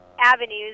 avenues